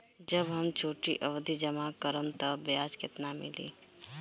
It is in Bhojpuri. जब हम छोटी अवधि जमा करम त ब्याज केतना मिली?